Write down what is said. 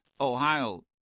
Ohio